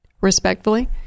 Respectfully